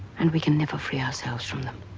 and we can never free ourselves from them.